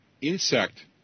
insect